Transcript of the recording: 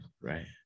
right